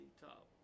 Top